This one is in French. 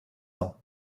ans